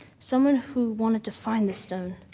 someone who wanted to find the stone,